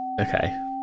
Okay